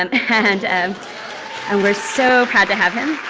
um and and and we're so proud to have him.